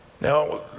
Now